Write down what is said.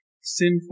sinful